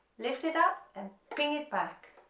lift it up and ping it back